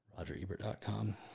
RogerEbert.com